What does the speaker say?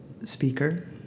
speaker